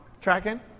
Tracking